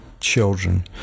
children